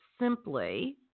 simply